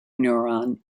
neuron